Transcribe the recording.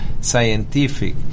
scientific